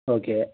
okay